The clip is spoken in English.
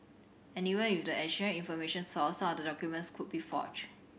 and even with the additional information sourced some of the documents could be forged